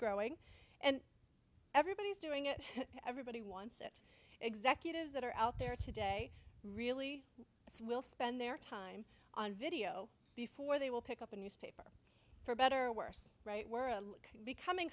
growing and everybody's doing it everybody wants a executives that are out there today really will spend their time on video before they will pick up on you for better or worse right we're becoming